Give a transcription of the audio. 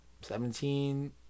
Seventeen